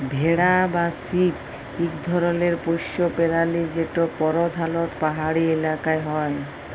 ভেড়া বা শিপ ইক ধরলের পশ্য পেরালি যেট পরধালত পাহাড়ি ইলাকায় হ্যয়